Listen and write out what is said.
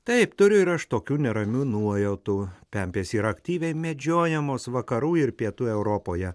taip turiu ir aš tokių neramių nuojautų pempės yra aktyviai medžiojamos vakarų ir pietų europoje